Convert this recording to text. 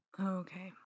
Okay